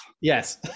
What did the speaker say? yes